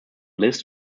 lives